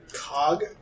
cog